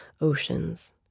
oceans